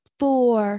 four